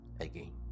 again